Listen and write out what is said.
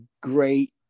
great